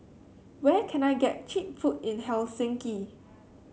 where can I get cheap food in Helsinki